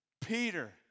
Peter